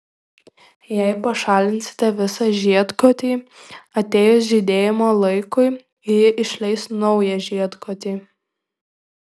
jei pašalinsite visą žiedkotį atėjus žydėjimo laikui ji išleis naują žiedkotį